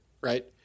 Right